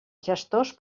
gestors